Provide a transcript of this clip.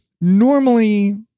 normally